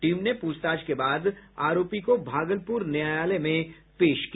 team ने पूछताछ के बाद आरोपी को भागलपुर न्यायालय में पेश किया